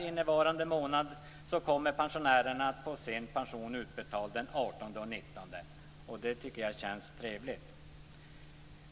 innevarande månad kommer pensionärerna att få sin pension utbetald den 18 och 19. Det tycker jag känns trevligt.